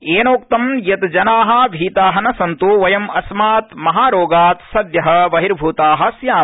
यद्रिक्त यत जना भीता न सन्त् वयं अस्मात् महारोगात् सद्य बहिर्भूता स्याम